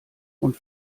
und